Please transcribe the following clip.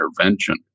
intervention